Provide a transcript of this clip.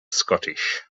scottish